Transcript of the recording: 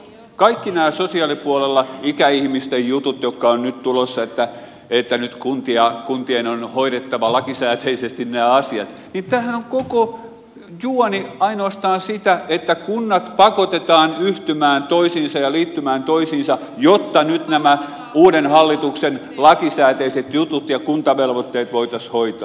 kaikki nämä asiat sosiaalipuolella ikäihmisten jutut jotka ovat nyt tulossa että nyt kuntien on hoidettava lakisääteisesti nämä asiat tämähän on koko juoni ainoastaan sitä että kunnat pakotetaan yhtymään toisiinsa ja liittymään toisiinsa jotta nyt nämä uuden hallituksen lakisääteiset jutut ja kuntavelvoitteet voitaisiin hoitaa